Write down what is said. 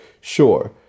sure